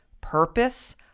purpose